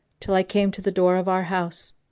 till i came to the door of our house.